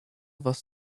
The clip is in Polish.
was